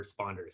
responders